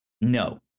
No